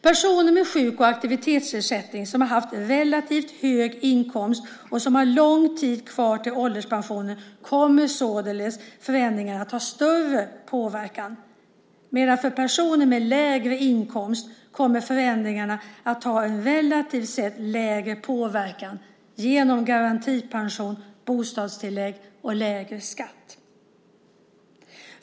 Personer med sjuk och aktivitetsersättning som har haft relativt höga inkomster och som har lång tid kvar till ålderspensionering kommer således förändringen att ha större påverkan medan förändringen för personer med lägre inkomster kommer att ha relativt lägre påverkan genom garantipension, bostadstillägg och lägre skatt.